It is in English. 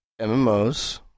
MMOs